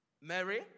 Mary